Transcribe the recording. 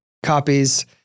copies